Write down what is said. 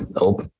nope